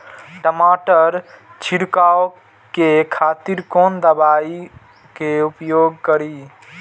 टमाटर छीरकाउ के खातिर कोन दवाई के उपयोग करी?